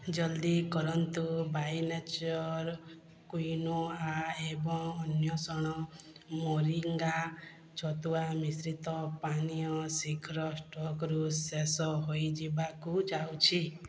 ଜଲଦି କରନ୍ତୁ By Nature quinoa ଏବଂ ଅନ୍ଵେଷଣ ମୋରିଙ୍ଗା ଛତୁଆ ମିଶ୍ରିତ ପାନୀୟ ଶୀଘ୍ର ଷ୍ଟକ୍ରୁ ଶେଷ ହୋଇଯିବାକୁ ଯାଉଛି